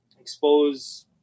expose